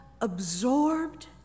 absorbed